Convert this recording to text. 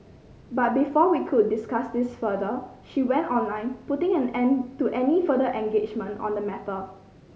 but before we could discuss this further she went online putting an end to any further engagement on the matter